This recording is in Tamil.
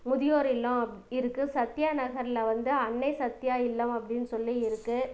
முதியோர் இல்லம் இருக்குது சத்யா நகர்ல வந்து அன்னை சத்யா இல்லம் அப்படின்னு சொல்லி இருக்குது